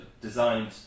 designed